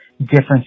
difference